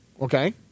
okay